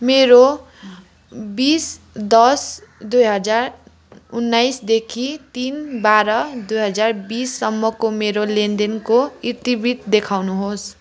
मेरो बिस दस दुई हजार उन्नाइसदेखि तिन बाह्र दुई हजार बिससम्मको मेरो लेनदेनको इतिवृत्त देखाउनुहोस्